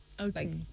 okay